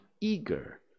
eager